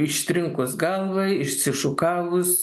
ištrinkus galvą išsišukavus